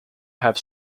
have